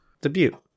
Debut